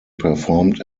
performed